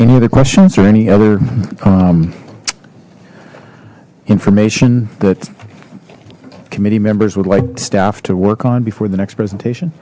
any other questions or any other information that committee members would like staff to work on before the next presentation